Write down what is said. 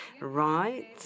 right